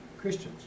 Christians